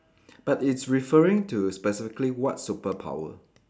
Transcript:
but it's referring to specifically what superpower